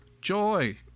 Joy